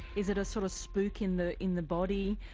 is it a sort of spook in the in the body?